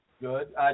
good